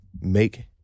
make